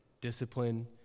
discipline